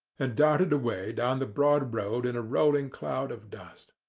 and darted away down the broad road in a rolling cloud of dust.